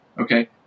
Okay